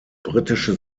britische